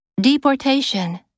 Deportation